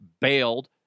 bailed